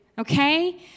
Okay